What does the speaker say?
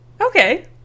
Okay